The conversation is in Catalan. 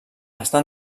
està